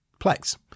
Plex